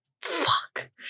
Fuck